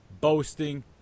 Boasting